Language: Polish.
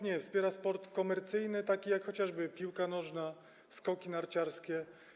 Nie, wspiera sport komercyjny, taki jak chociażby piłka nożna, skoki narciarskie.